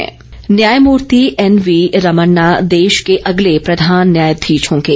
न्यायाधीश न्यायमूर्ति N V Ramana देश के अगले प्रधान न्यायाधीश होंगे